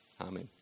Amen